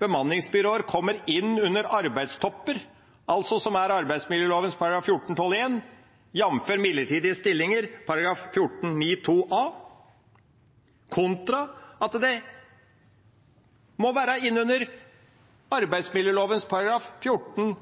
bemanningsbyråer kommer inn under det som gjelder arbeidstopper, altså arbeidsmiljøloven § 14-12 , jf. det som står om midlertidige stillinger i § 14-9 , kontra at det må komme inn under